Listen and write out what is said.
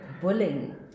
bullying